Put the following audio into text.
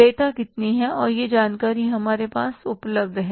देयता कितनी है और यह जानकारी हमारे पास उपलब्ध है